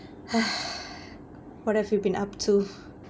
what have you been up to